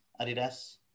Adidas